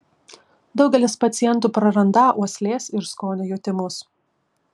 daugelis pacientų prarandą uoslės ir skonio jutimus